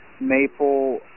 maple